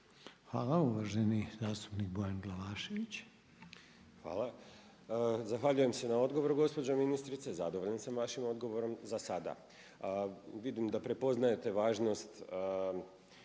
**Glavašević, Bojan (SDP)** Hvala. Zahvaljujem se na odgovoru gospođo ministrice. Zadovoljan sam vašim odgovorom zasada. Vidim da prepoznajete važnost